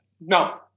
No